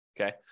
Okay